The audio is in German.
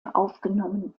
aufgenommen